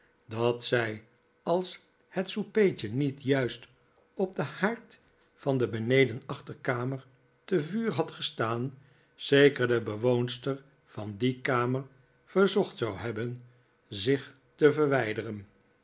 dat zij als het soupertje niet juist op den haard van de benedenachterkamer te vuur had gestaan zeker de bewoonster van die kamer verzocht zou hebben zich te verwijderen